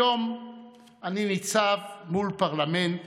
היום אני ניצב מול פרלמנט